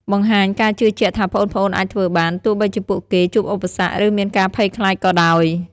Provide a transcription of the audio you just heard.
បង្ហាញការជឿជាក់ថាប្អូនៗអាចធ្វើបាន ទោះបីជាពួកគេជួបឧបសគ្គ ឬមានការភ័យខ្លាចក៏ដោយ។